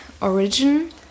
origin